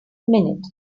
minute